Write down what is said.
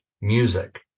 music